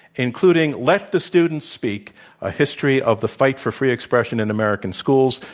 including let the students speak a history of the fight for free expression in american schools.